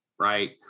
right